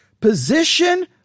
Position